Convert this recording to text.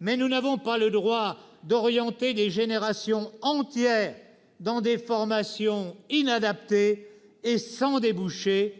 Mais nous n'avons pas le droit d'orienter des générations entières vers des formations inadaptées et sans débouchés.